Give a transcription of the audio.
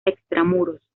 extramuros